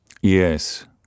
Yes